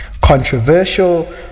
controversial